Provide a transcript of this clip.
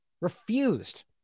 Refused